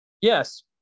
Yes